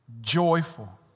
Joyful